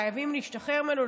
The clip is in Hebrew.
חייבים להשתחרר ממנו,